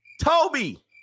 Toby